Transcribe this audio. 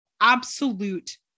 absolute